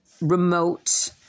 remote